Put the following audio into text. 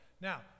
Now